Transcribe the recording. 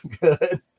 Good